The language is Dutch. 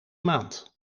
maand